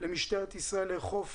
למשטרת ישראל לאכוף